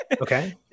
Okay